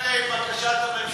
לבקשת הממשלה להסיר.